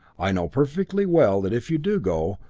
i know perfectly well that if you do go,